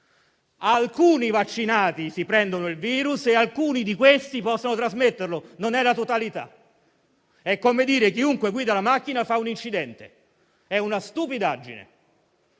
Alcuni vaccinati si prendono il virus e alcuni di questi possono trasmetterlo: non è la totalità. È come dire che chiunque guida la macchina fa un incidente: è una stupidaggine.